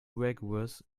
rigorous